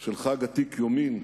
של חג עתיק יומין,